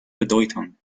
bedeutung